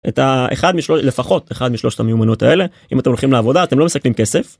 את האחד משלושת, לפחות אחד משלוש המיומנות האלה אם אתם הולכים לעבודה אתם לא מסכנים כסף.